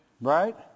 Right